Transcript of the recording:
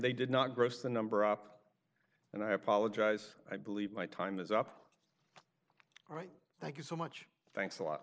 they did not gross the number up and i apologize i believe my time is up all right thank you so much thanks a lot